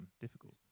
difficult